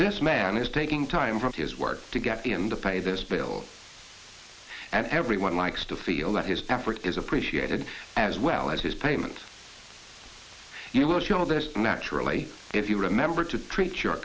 this man is taking time from his work to get him to pay those bills and everyone likes to feel that his effort is appreciated as well as his payment you will hear all this naturally if you remember to treat your